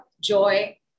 joy